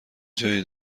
جای